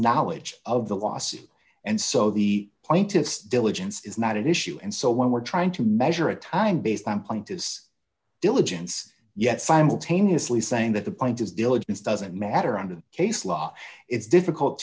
knowledge of the lawsuit and so the plaintiff's diligence is not an issue and so when we're trying to measure a time based on plaintiff's diligence yet simultaneously saying that the point is diligence doesn't matter under the case law it's difficult